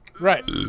right